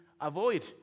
avoid